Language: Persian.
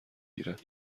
گیرد